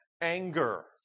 anger